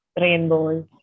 rainbows